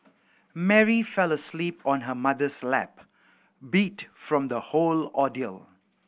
Mary fell asleep on her mother's lap beat from the whole ordeal